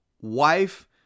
wife